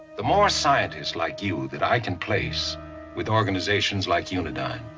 the more scientists like you that i can place with organizations like unidyne,